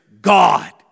God